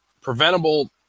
preventable